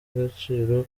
agaciro